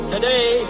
Today